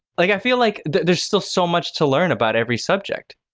like i feel like there's still so much to learn about every subject.